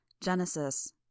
Genesis